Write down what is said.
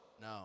No